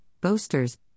boasters